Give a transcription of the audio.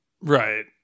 Right